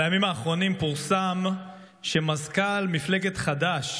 בימים האחרונים פורסם שמזכ"ל מפלגת חד"ש